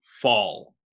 fall